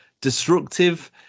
destructive